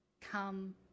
Come